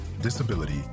disability